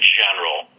general